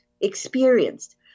experienced